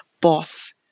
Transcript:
boss